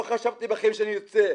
לא חשבתי בחיים שאצא,